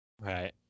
Right